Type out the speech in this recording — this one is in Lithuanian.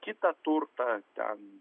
kitą turtą ten